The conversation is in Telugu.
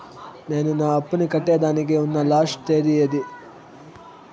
నేను నా అప్పుని కట్టేదానికి ఉన్న లాస్ట్ తేది ఏమి?